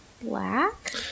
black